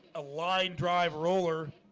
a line drive roller.